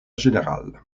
général